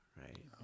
right